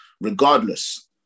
regardless